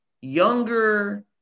younger